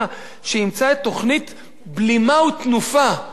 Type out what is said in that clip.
שאימצה את תוכנית "בלימה ותנופה" בכלל,